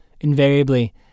Invariably